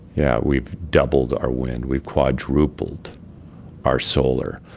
yeah we've doubled our wind. we've quadrupled our solar.